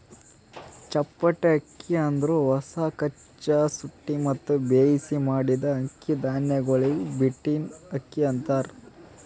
ಚಪ್ಪಟೆ ಅಕ್ಕಿ ಅಂದುರ್ ಹೊಸ, ಕಚ್ಚಾ, ಸುಟ್ಟಿ ಮತ್ತ ಬೇಯಿಸಿ ಮಾಡಿದ್ದ ಅಕ್ಕಿ ಧಾನ್ಯಗೊಳಿಗ್ ಬೀಟನ್ ಅಕ್ಕಿ ಅಂತಾರ್